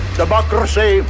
democracy